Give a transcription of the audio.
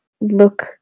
look